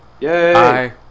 Yay